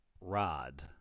Rod